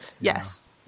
Yes